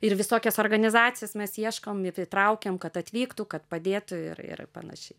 ir visokias organizacijas mes ieškom ir įtraukiam kad atvyktų kad padėtų ir ir panašiai